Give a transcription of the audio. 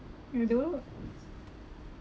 you do